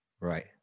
Right